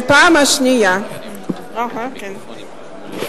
התשס"ט 2009, בפעם השנייה, לא שומעים אותך, מרינה.